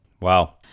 Wow